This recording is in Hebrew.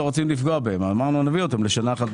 לא רוצים לפגוע בהם ואמרנו שנביא אותם לשנה אחת בלבד.